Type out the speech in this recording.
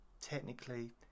technically